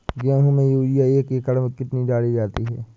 गेहूँ में यूरिया एक एकड़ में कितनी डाली जाती है?